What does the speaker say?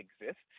exists